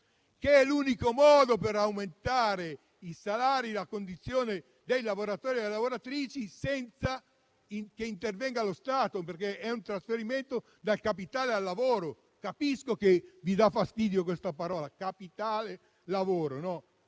che è l'unico modo per aumentare i salari e migliorare la condizione dei lavoratori e delle lavoratrici senza che intervenga lo Stato, perché è un trasferimento dal capitale al lavoro. Capisco che vi dà fastidio questa terminologia: capitale e lavoro.